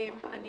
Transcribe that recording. אני